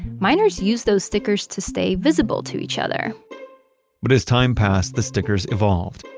miners used those stickers to stay visible to each other but as time passed, the stickers evolved.